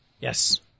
Yes